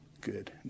good